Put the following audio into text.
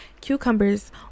cucumbers